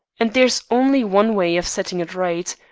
and there's only one way of setting it right.